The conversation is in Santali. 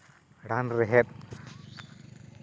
ᱨᱟᱱ ᱨᱮᱦᱮᱫ